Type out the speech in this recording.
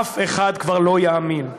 אף אחד כבר לא יאמין.